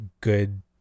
good